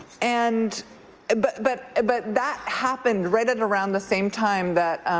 and but but but that happened right at around the same time that